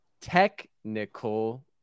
Technical